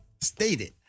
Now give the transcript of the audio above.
stated